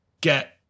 get